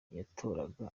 yahoraga